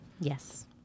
Yes